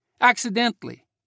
accidentally